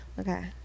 okay